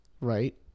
Right